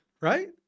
Right